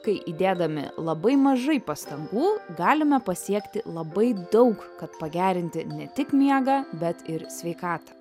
kai įdėdami labai mažai pastangų galime pasiekti labai daug kad pagerinti ne tik miegą bet ir sveikatą